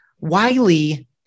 Wiley